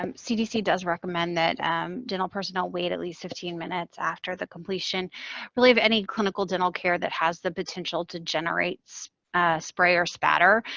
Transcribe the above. um cdc does recommend that um dental personnel wait at least fifteen minutes after the completion of any clinical dental care that has the potential to generate spray or spatter,